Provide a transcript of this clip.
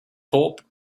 thorpe